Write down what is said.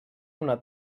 una